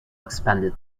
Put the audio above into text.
expanded